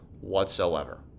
whatsoever